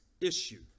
issue